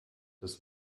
das